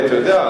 אתה יודע,